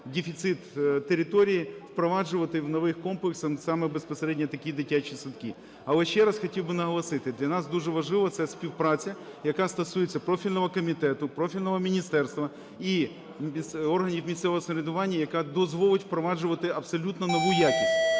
дефіцит території, впроваджувати в нових комплексах саме безпосередньо такі дитячі садки. Але ще раз хотів би наголосити, для нас дуже важливо – це співпраця, яка стосується профільного комітету, профільного міністерства і органів місцевого самоврядування, яка дозволить впроваджувати абсолютно нову якість.